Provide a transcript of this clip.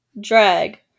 drag